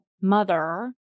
mother